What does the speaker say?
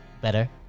better